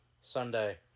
Sunday